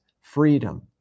freedom